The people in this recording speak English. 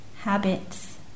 habits